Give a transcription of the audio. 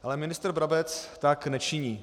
Ale ministr Brabec tak nečiní.